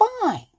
fine